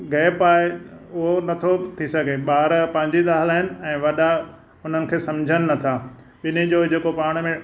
gap आहे उहो नथो थी सघे ॿार पंहिंजी था हलाइनि ऐं वॾा उन्हनि खे सम्झनि नथा ॿिन्हिनि जो जेको पाण में